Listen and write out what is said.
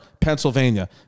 Pennsylvania